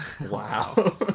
Wow